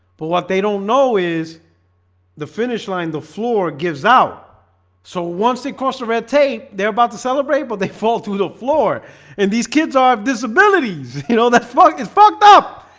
but what they don't know is the finish line the floor gives out so once they cross the red tape, they're about to celebrate but they fall to the floor and these kids are have disabilities you know, that fuck is fucked up.